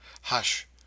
Hush